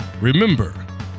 remember